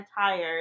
tired